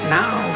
now